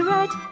Red